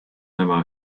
nemá